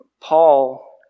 Paul